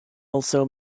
also